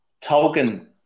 token